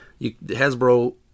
Hasbro